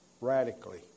Radically